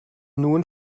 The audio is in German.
nun